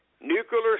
nuclear